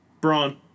Braun